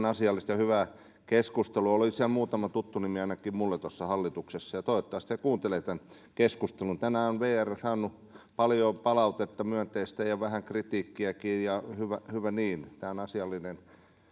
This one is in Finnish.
asiallista ja hyvää keskustelua oli siellä muutama tuttu nimi ainakin minulle tuossa hallituksessa ja toivottavasti he kuuntelevat tämän keskustelun tänään on vr saanut paljon palautetta myönteistä ja vähän kritiikkiäkin ja hyvä hyvä niin tämä on asiallinen